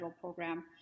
program